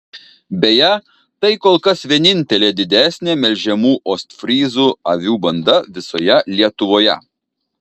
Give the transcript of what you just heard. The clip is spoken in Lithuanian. beje tai kol kas vienintelė didesnė melžiamų ostfryzų avių banda visoje lietuvoje